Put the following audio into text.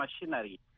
machinery